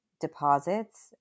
deposits